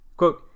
Quote